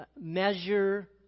measure